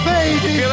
Baby